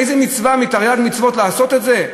איזו מצווה מתרי"ג מצוות היא לעשות את זה?